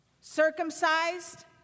Circumcised